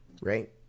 Right